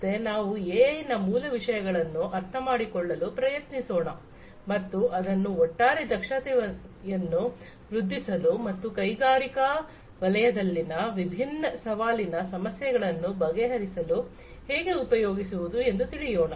ಮತ್ತೆ ನಾವು ಎಐ ನ ಮೂಲ ವಿಷಯಗಳನ್ನು ಅರ್ಥಮಾಡಿಕೊಳ್ಳಲು ಪ್ರಯತ್ನಿಸೋಣ ಮತ್ತು ಅದನ್ನು ಒಟ್ಟಾರೆ ದಕ್ಷತೆಯನ್ನು ವೃದ್ಧಿಸಲು ಮತ್ತು ಕೈಗಾರಿಕಾ ವಲಯದಲ್ಲಿನ ವಿಭಿನ್ನ ಸವಾಲಿನ ಸಮಸ್ಯೆಗಳನ್ನು ಬಗೆಹರಿಸಲು ಹೇಗೆ ಉಪಯೋಗಿಸುವುದು ಎಂದು ತಿಳಿಯೋಣ